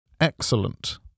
Excellent